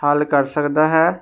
ਹੱਲ ਕਰ ਸਕਦਾ ਹੈ